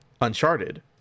Uncharted